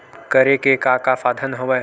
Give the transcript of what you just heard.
करे के का का साधन हवय?